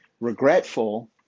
regretful